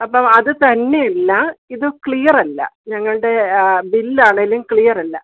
അപ്പം അത് തന്നെയല്ല ഇത് ക്ലിയർ അല്ല ഞങ്ങളുടെ ബില്ലാണേലും ക്ലിയർ അല്ല